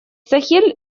сахель